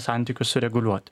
santykius sureguliuot